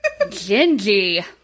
Gingy